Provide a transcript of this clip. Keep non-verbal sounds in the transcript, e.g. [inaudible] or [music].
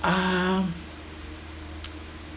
um [noise]